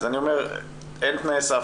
אז אני אומר שאין תנאי סף,